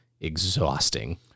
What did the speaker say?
exhausting